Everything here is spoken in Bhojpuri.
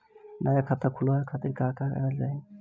नया खाता खुलवाए खातिर का का कागज चाहीं?